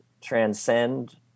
transcend